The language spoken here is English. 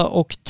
och